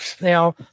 Now